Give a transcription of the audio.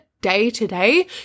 day-to-day